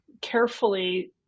carefully